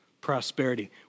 prosperity